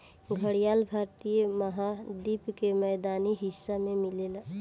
घड़ियाल भारतीय महाद्वीप के मैदानी हिस्सा में मिलेला